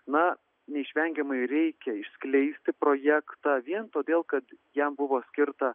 na neišvengiamai reikia išskleisti projektą vien todėl kad jam buvo skirta